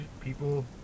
people